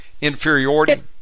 inferiority